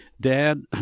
Dad